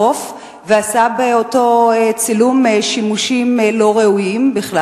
החוף ועשה באותו צילום שימושים לא ראויים בכלל.